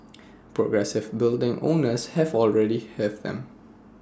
progressive building owners have already have them